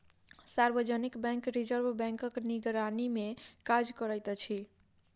सार्वजनिक bank reserve बैंकक निगरानीमे काज करैत अछि